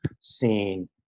seen